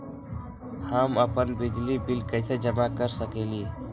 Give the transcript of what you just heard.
हम अपन बिजली बिल कैसे जमा कर सकेली?